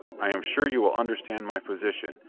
i am sure you will understand my position,